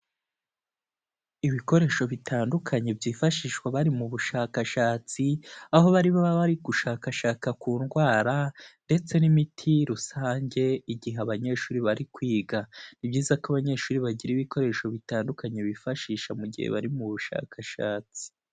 Ibikoresho bitandukanye byifashishwa bari mu bushakashatsi, aho bari baba bari gushakashaka ku ndwara ndetse n'imiti rusange igihe abanyeshuri bari kwiga. Ni byiza ko abanyeshuri bagira ibikoresho bitandukanye bifashisha mu gihe bari mu bushakashatsi.